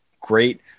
great